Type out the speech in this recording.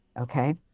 Okay